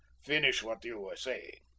finish what you were saying.